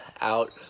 out